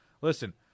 Listen